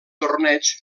torneig